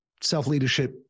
self-leadership